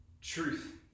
truth